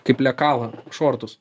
kaip lekalą šortus